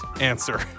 answer